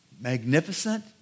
Magnificent